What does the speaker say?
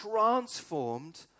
transformed